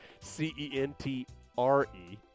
C-E-N-T-R-E